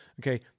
okay